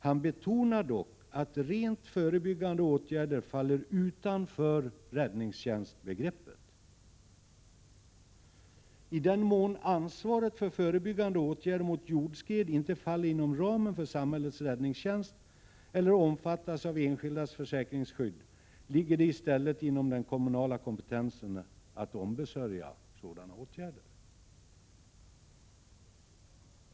Han betonar dock att rent förebyggande åtgärder faller utanför räddningstjänstbegreppet. I den mån ansvaret för förebyggande åtgärder mot jordskred inte faller inom ramen för samhällets räddningstjänst eller omfattas av enskildas försäkringsskydd, ligger det i stället inom den kommunala kompetensen att ombesörja sådana åtgärder.